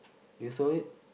you saw it